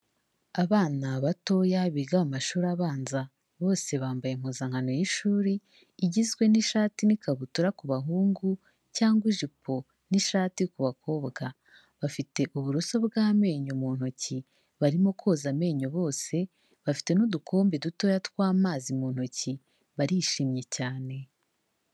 Abana batoya biga mu mashuri abanza, bose bambaye impuzankano y'ishuri igizwe n'ishati n'ikabutura ku bahungu cyangwa ijipo n'ishati ku bakobwa, bafite uburoso bw'amenyo mu ntoki barimo koza amenyo bose, bafite n'udukombe dutoya tw'amazi mu ntoki barishimye cyane.